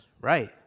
Right